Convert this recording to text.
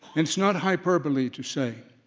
and it's not hyperbole to say